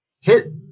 hit